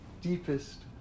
Deepest